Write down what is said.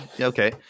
okay